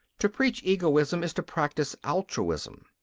to preach egoism is to practise altruism.